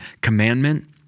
commandment